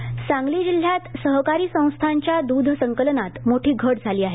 दध सांगली जिल्ह्यात सहकारी संस्थांच्या दूध संकलनात मोठी घट झाली आहे